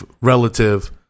relative